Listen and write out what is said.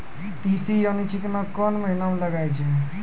तीसी यानि चिकना कोन महिना म लगाय छै?